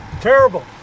Terrible